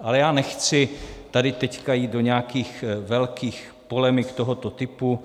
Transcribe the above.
Ale já nechci tady teď jít do nějakých velkých polemik tohoto typu.